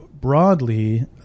broadly